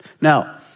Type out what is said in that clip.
Now